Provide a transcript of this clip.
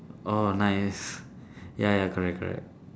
orh nice ya ya correct correct